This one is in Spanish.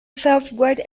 software